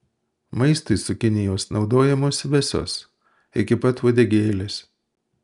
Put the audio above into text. maistui cukinijos naudojamos visos iki pat uodegėlės